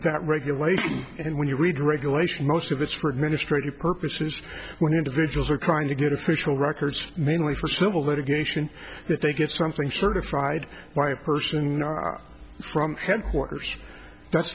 that regulation and when you read regulation most of it's for administrative purposes when individuals are trying to get official records mainly for civil litigation that they get something certified by a person from headquarters that's